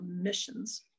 missions